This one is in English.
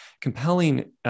compelling